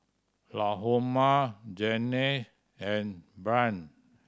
Lahoma Janelle and Brynn